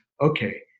okay